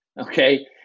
Okay